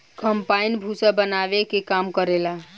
combine भूसा बानावे के काम करेला